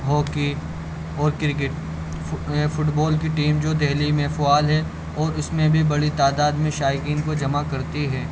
hockey اور cricket football کی team جو دہلی میں فعال ہے اور اس میں بھی بڑی تعداد میں شائقین کو جمع کرتی ہے